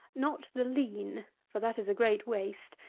not the lean for that is a great waste,